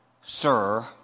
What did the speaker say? Sir